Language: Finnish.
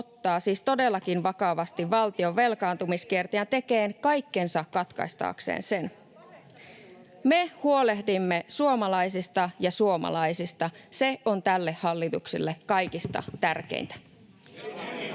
ottaa siis todellakin vakavasti valtion velkaantumiskierteen, ja tekee kaikkensa katkaistakseen sen. Me huolehdimme suomalaisista. Se on tälle hallitukselle kaikista tärkeintä.